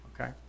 okay